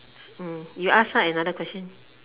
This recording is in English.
mm you ask ah another question